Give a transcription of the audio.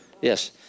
Yes